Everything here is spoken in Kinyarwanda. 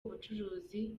ubucuruzi